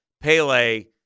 Pele